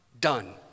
done